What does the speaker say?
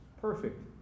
Perfect